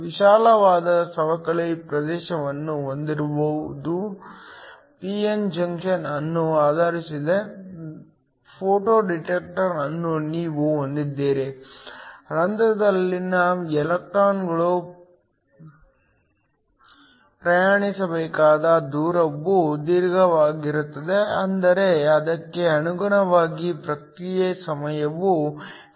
ವಿಶಾಲವಾದ ಸವಕಳಿ ಪ್ರದೇಶವನ್ನು ಹೊಂದಿರುವ p n ಜಂಕ್ಷನ್ ಅನ್ನು ಆಧರಿಸಿದ ಫೋಟೋ ಡಿಟೆಕ್ಟರ್ ಅನ್ನು ನೀವು ಹೊಂದಿದ್ದರೆ ರಂಧ್ರಗಳಲ್ಲಿನ ಎಲೆಕ್ಟ್ರಾನ್ಗಳು ಪ್ರಯಾಣಿಸಬೇಕಾದ ದೂರವು ದೀರ್ಘವಾಗಿರುತ್ತದೆ ಅಂದರೆ ಅದಕ್ಕೆ ಅನುಗುಣವಾಗಿ ಪ್ರತಿಕ್ರಿಯೆ ಸಮಯವು ಕಡಿಮೆಯಾಗಿದೆ